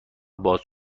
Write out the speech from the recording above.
باز